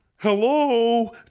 Hello